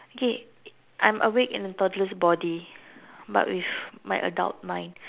okay I'm awake in a toddler's body but with my adult mind